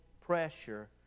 pressure